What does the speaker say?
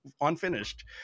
unfinished